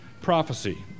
prophecy